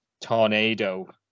Tornado